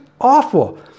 awful